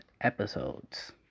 episodes